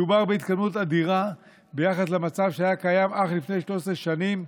מדובר בהתקדמות אדירה ביחס למצב שהיה קיים אך לפני 13 שנים,